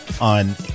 on